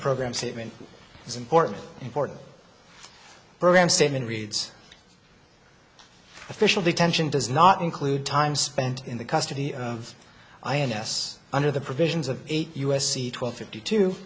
the program statement is important important program statement reads the official detention does not include time spent in the custody of ins under the provisions of eight u s c twelve fifty two